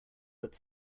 but